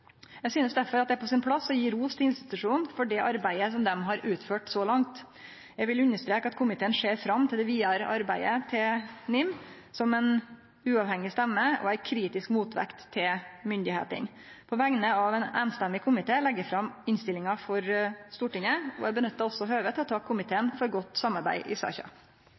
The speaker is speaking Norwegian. Eg synest derfor at det er på sin plass å gje ros til institusjonen for det arbeidet som er utført så langt. Eg vil understreke at komiteen ser fram til det vidare arbeidet til NIM, som ei uavhengig stemme og ei kritisk motvekt til myndigheitene. På vegner av ein samrøystes komité legg eg fram innstillinga for Stortinget, og eg nyttar også høvet til å takke komiteen for godt samarbeid i saka.